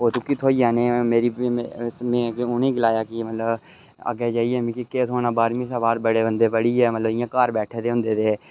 ओह् तुक्की थ्होई जाने में उ'नेंगी गलाया कि मतलब अग्गे जाइयै मिगी केह् थ्होना बारह्मीं शा बाद बढ़े बंदे पढ़ियै मतलब घर बैठे दे उं'दे ते